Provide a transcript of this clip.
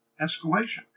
escalation